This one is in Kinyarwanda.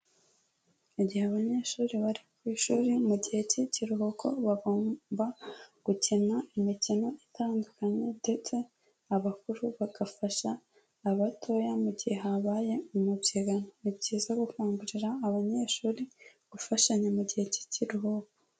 Mu gihe abanyeshuri bari ku ishuri mu gihe cy'ikiruhuko bagomba gukina imikino itandukanye, ndetse abakuru bagafasha abatoya mu gihe habaye umubyigano, ni byiza gukangurira abanyeshuri gufashanya mu gihe cy'ikiruhuko.